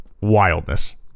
wildness